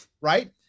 Right